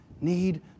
need